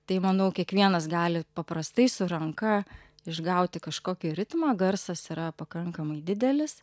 tai manau kiekvienas gali paprastai su ranka išgauti kažkokį ritmą garsas yra pakankamai didelis